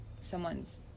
someone's